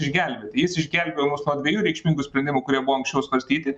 išgelbėti jis išgelbėjo mus nuo dviejų reikšmingų sprendimų kurie buvo anksčiau svarstyti